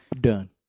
Done